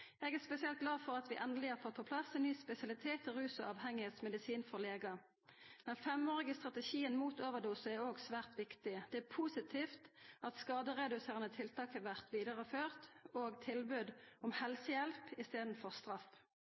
Eg er spesielt glad for at vi endeleg har fått på plass ein ny spesialitet i rus- og avhengigheitsmedisin for legar. Den femårige strategien mot overdosar er òg svært viktig. Det er positivt at skadereduserande tiltak blir vidareført, og at ein får tilbod om helsehjelp i staden for straff.